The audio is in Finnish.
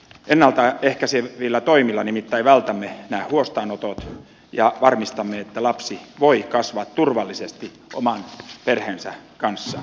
ennalta ehkäisevillä toimilla nimittäin vältämme nämä huostaanotot ja varmistamme että lapsi voi kasvaa turvallisesti oman perheensä kanssa